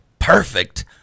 Perfect